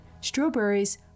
strawberries